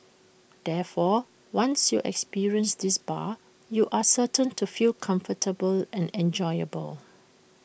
therefore once you experience this bar you are certain to feel comfortable and enjoyable